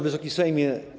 Wysoki Sejmie!